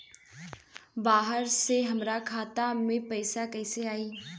बाहर से हमरा खाता में पैसा कैसे आई?